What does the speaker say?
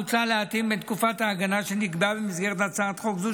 מוצע להתאים את תקופת ההגנה שנקבעה במסגרת הצעת חוק זו,